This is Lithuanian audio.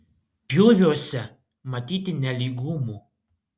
pjūviuose matyti nelygumų